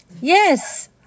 Yes